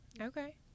Okay